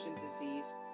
disease